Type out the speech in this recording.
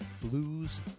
blues